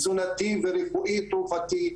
תזונתי ורפואי-תרופתי,